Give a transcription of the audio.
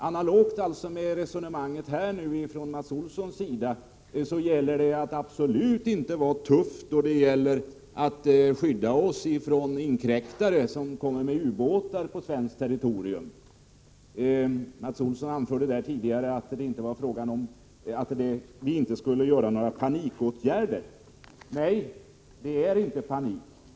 Enligt Mats Olssons resonemang om kustkorvetterna gäller det att absolut inte vara tuff då det gäller att skydda oss från inkräktare som kommer med ubåtar på svenskt territorium. Mats Olsson anförde tidigare att vi inte skulle vidta några panikåtgärder. Nej, det är inte panik.